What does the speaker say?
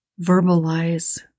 verbalize